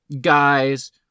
guys